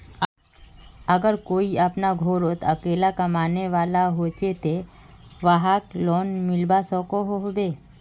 अगर कोई अपना घोरोत अकेला कमाने वाला होचे ते वाहक लोन मिलवा सकोहो होबे?